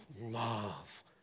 Love